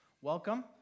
welcome